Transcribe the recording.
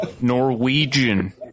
Norwegian